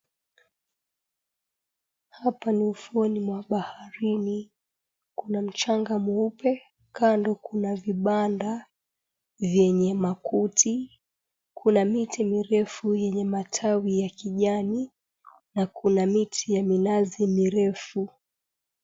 Hapa ni ufuoni mwa baharini, kuna mchanga mweupe kando kuna vibanda vyenye makuti kuna miti mirefu yenye matawi ya kijani na kuna miti ya minazi mirefu .